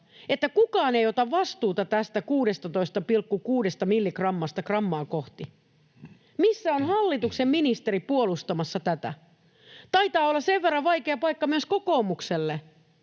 että kukaan ei ota vastuuta tästä 16,6 milligrammasta grammaa kohti. Missä on hallituksen ministeri puolustamassa tätä? Taitaa olla sen verran vaikea paikka myös kokoomukselle,